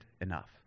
enough